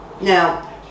now